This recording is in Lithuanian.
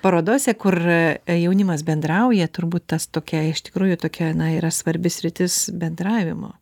parodose kur jaunimas bendrauja turbūt tas tokia iš tikrųjų tokia na yra svarbi sritis bendravimo